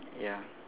ya